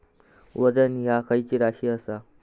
वजन ह्या खैची राशी असा?